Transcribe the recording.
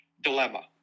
dilemma